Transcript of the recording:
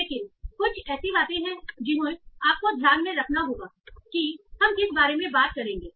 लेकिन कुछ ऐसी बातें हैं जिन्हें आपको ध्यान में रखना है कि हम किस बारे में बात करेंगे